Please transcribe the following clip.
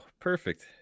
perfect